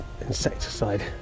insecticide